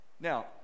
now